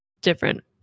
different